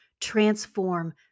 transform